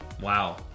Wow